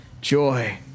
joy